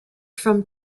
from